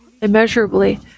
immeasurably